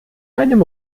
einem